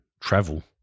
travel